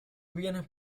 bienes